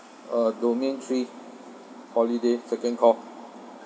uh domain three holiday second call